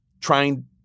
trying